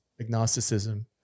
agnosticism